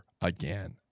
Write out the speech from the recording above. again